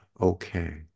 okay